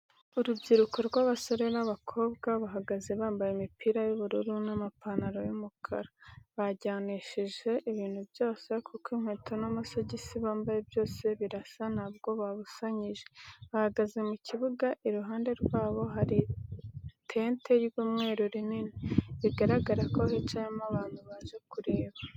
Urubyiruko rw'abasore n'abakobwa bahagaze bambaye imipira y'ubururu n'amapantaro y'umukara. Byajyanishije ibintu byoze kuko inketo n'amasogisi bambaye byose birasa ntabwo babusanyije. Bahagaze mu kibuga iruhande rwabo hari itente ry'umweru rinini, bigaragara ko hicayemo abantu baje kureba.